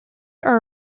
are